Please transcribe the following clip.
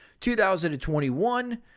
2021